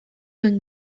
duen